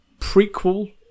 prequel